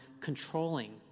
controlling